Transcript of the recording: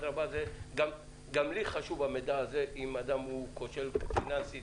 גם לי חשוב המידע הזה אם אדם הוא כושל פיננסית,